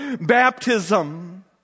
baptism